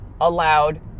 allowed